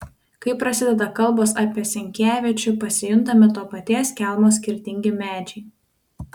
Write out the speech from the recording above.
kai prasideda kalbos apie senkievičių pasijuntame to paties kelmo skirtingi medžiai